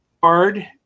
card